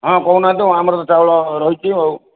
ହଁ କହୁନାହାଁନ୍ତି ଆମର ତ ଚାଉଳ ରହିଛି ଆଉ